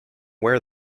wear